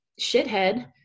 shithead